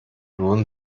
lohnen